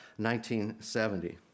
1970